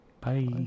Bye